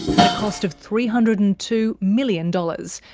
at a cost of three hundred and two million dollars,